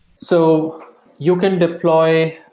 so you can deploy,